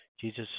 Jesus